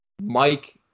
Mike